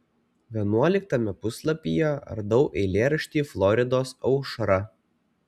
vienuoliktame puslapyje radau eilėraštį floridos aušra